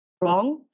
wrong